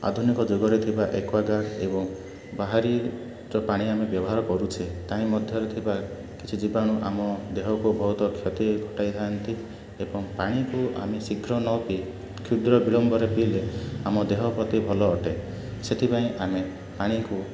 ଆଧୁନିକ ଯୁଗରେ ଥିବା ଏକ୍ୱଗାର୍ଡ଼ ଏବଂ ବାହାରି ପାଣି ଆମେ ବ୍ୟବହାର କରୁଛେ ତାହିଁ ମଧ୍ୟରେ ଥିବା କିଛି ଜୀବାଣୁ ଆମ ଦେହକୁ ବହୁତ କ୍ଷତି ଘଟାଇଥାନ୍ତି ଏବଂ ପାଣିକୁ ଆମେ ଶୀଘ୍ର ନ ପିଇ କ୍ଷୁଦ୍ର ବିଳମ୍ବରେ ପିଇଲେ ଆମ ଦେହ ପ୍ରତି ଭଲ ଅଟେ ସେଥିପାଇଁ ଆମେ ପାଣିକୁ